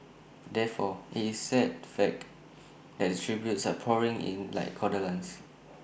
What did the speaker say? therefore IT is sad fact that the tributes are pouring in like condolences